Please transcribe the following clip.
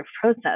process